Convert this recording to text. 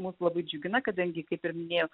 mus labai džiugina kadangi kaip ir minėjau